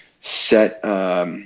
set